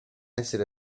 essere